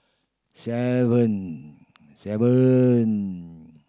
seven seven